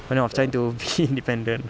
you know of trying to being independent